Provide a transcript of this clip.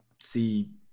see